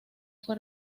fue